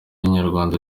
inyarwanda